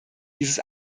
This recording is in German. dieses